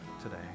today